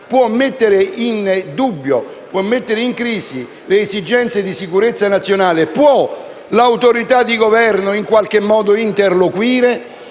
può mettere in dubbio e in crisi le esigenze di sicurezza nazionale, può l'autorità di Governo in qualche modo interloquire?